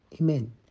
Amen